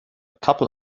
couple